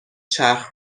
چرخ